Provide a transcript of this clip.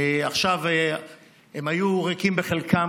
עכשיו הם היו ריקים בחלקם,